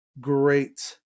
great